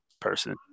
person